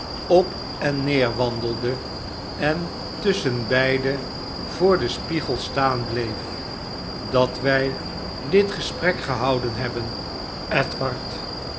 op en neer wandelde en tusschenbeide voor den spiegel staan bleef dat wij dit gesprek gehouden hebben edward